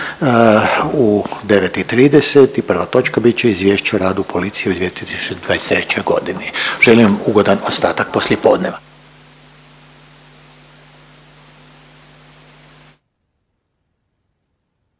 u 9,30 i prva točka bit će Izvješće o radu policije u 2023.g.. Želim vam ugodan ostatak poslijepodneva.